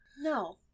No